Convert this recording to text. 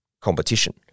competition